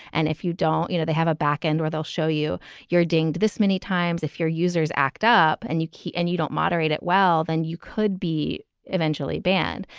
and if you don't, you know, they have a back end or they'll show you you're dinged this many times. if your users act up and you keep and you don't moderate it, well, then you could be eventually banned.